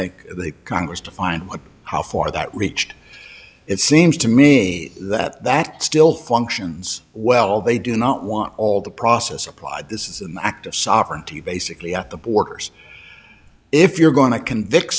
make the congress to find a how far that reached it seems to me that that still functions well they do not want all the process applied this is an act of sovereignty basically at the borders if you're going to convict